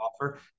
offer